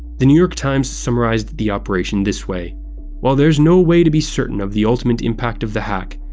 the new york times summarizes the operation this way while there's no way to be certain of the ultimate impact of the hack,